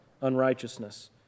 unrighteousness